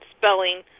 spelling